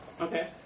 Okay